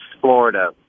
Florida